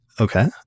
Okay